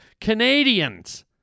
Canadians